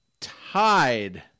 tied